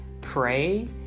pray